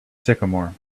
sycamore